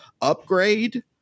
Upgrade